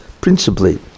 principally